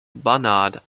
barnard